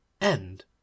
End